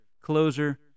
closer